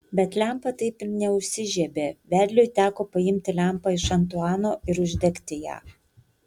bet lempa taip ir neužsižiebė vedliui teko paimti lempą iš antuano ir uždegti ją